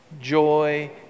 Joy